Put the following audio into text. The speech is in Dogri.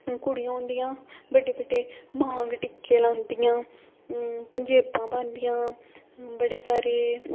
कुड़ियां होंदियां बड्डे बड्डे मांग टिक्के लांदियां पंजेबां पांदियां बड़े सारे